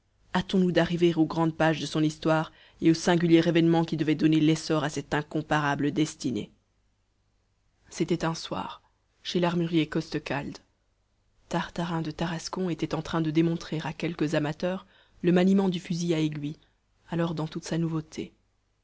hâtons-nous d'arriver aux grandes pages de son histoire et au singulier événement qui devait donner l'essor à cette incomparable destinée c'était un soir chez l'armurier costecalde tartarin de tarascon était en train de démontrer à quelques amateurs le maniement du fusil à aiguille alors dans toute sa nouveauté